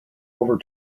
over